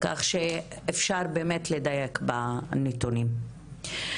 כך שאפשר לדייק בנתונים.